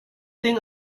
thing